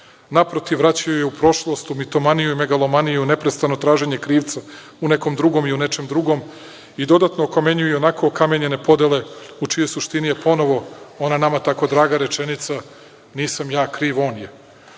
Naprotiv, vraćaju je u prošlost u mitomaniju i megalomaniju, neprestano traženje krivca u nekom drugom i u nečem drugom i dodatno okamenjuju i onako okamenjene podele u čijoj suštini je ponovo ona nama tako draga rečenica – nisam ja kriv, on je. Da